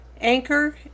Anchor